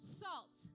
salt